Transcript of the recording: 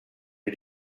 did